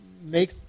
make